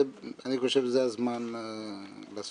אני חושב שזה הזמן בסוף.